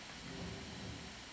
mm